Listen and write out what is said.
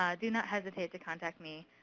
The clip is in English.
ah do not hesitate to contact me.